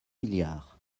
milliards